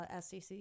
SEC